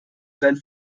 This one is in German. sein